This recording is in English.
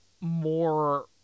more